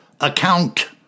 account